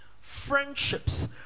friendships